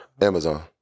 Amazon